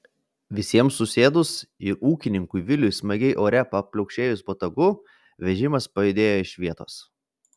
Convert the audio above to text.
visiems susėdus ir ūkininkui viliui smagiai ore pliaukštelėjus botagu vežimas pajudėjo iš vietos